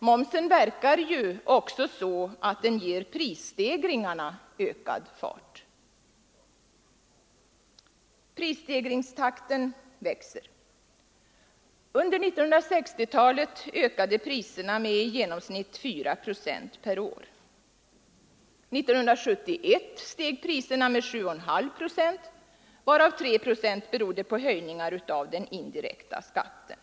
Momsen verkar också så att den ger prisstegringarna ökad fart. Prisstegringstakten växer. Under 1960-talet ökade priserna med i genomsnitt 4 procent per år. 1971 steg priserna med 7,5 procent, varav 3 procent berodde på höjningar av den indirekta skatten.